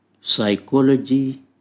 psychology